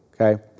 okay